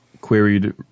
queried